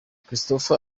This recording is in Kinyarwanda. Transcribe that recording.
christopher